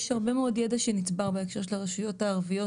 יש הרבה מאוד ידע שנצבר בהקשר של הרשויות הערביות